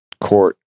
court